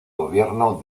gobierno